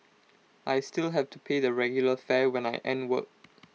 I still have to pay the regular fare when I end work